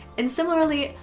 and similarly,